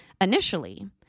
Initially